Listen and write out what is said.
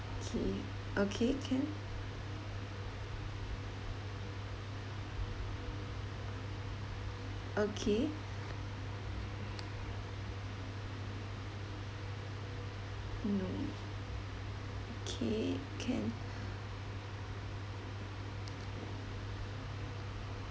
okay okay can okay no okay can